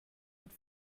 mit